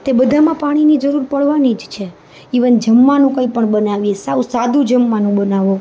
તે બધામાં પાણીની જરૂર પડવાની જ છે ઇવન જમવાનું કઈ પણ બનાવીએ સાવ સાદું જમવાનું બનાવો